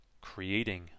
creating